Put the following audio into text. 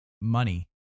money